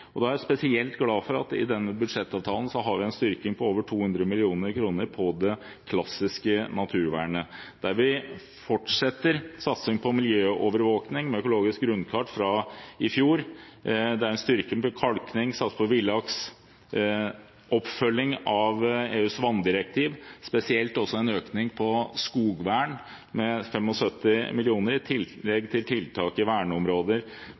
er spesielt glad for at vi i denne budsjettavtalen har en styrking på over 200 mill. kr til det klassiske naturvernet, der vi fortsetter satsingen på miljøovervåking med økologisk grunnkart fra i fjor. Det er en styrking til kalking, satsing på villaks, oppfølging av EUs vanndirektiv, spesielt også en økning på skogvern med 75 mill. kr, i tillegg til tiltak i verneområder